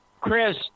Chris